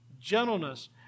gentleness